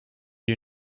you